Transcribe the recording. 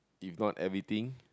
if not everything